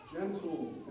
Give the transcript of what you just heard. gentle